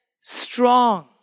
strong